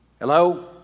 Hello